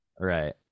right